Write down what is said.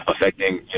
affecting